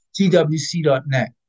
twc.net